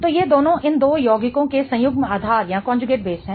तो ये दोनों इन दो यौगिकों के संयुग्म आधार हैं